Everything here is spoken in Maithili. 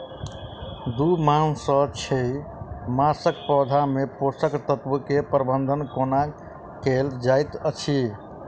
दू मास सँ छै मासक पौधा मे पोसक तत्त्व केँ प्रबंधन कोना कएल जाइत अछि?